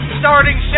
starting